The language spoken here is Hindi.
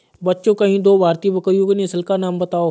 बच्चों किन्ही दो भारतीय बकरियों की नस्ल का नाम बताओ?